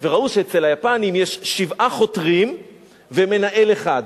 וראו שאצל היפנים יש שבעה חותרים ומנהל אחד,